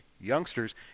youngsters